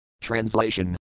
Translation